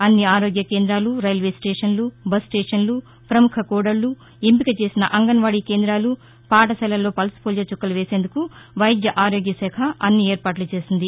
అన్ని ఆరోగ్య కేంద్రాలు రైల్వేస్టేషన్లు బస్ స్టేషన్లు ప్రముఖ కూడక్ను ఎంపిక చేసిన అంగన్వాడీ కేందాలు పాఠశాలల్లో పల్స్పోలియో చుక్కలు వేసేందుకు వైద్య ఆరోగ్య శాఖ అన్ని ఏర్పాట్ల చేసింది